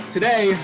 Today